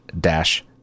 dash